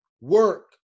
work